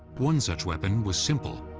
one such weapon was simple,